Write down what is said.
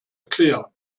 erklären